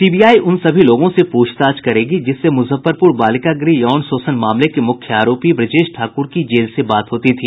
CBI उन सभी लोगों से पूछताछ करेगी जिससे मुजफ्फरपुर बालिका गृह यौन शोषण मामले के मुख्य आरोपी ब्रजेश ठाकुर की जेल से बात होती थी